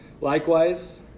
likewise